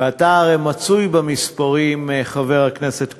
ואתה הרי מצוי במספרים, חבר הכנסת כהן,